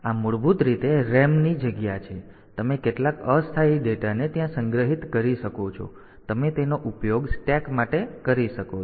તેથી તમે કેટલાક અસ્થાયી ડેટાને ત્યાં સંગ્રહિત કરી શકો છો અને તમે તેનો ઉપયોગ સ્ટેક માટે કરી શકો છો